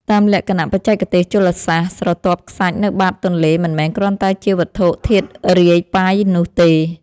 តាមលក្ខណៈបច្ចេកទេសជលសាស្ត្រ ស្រទាប់ខ្សាច់នៅបាតទន្លេមិនមែនគ្រាន់តែជាវត្ថុធាតុរាយប៉ាយនោះទេ។